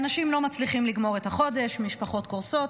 אנשים לא מצליחים לגמור את החודש, משפחות קורסות.